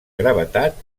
gravetat